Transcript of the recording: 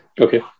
okay